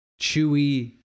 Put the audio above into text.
chewy